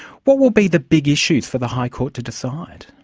what will be the big issues for the high court to decide?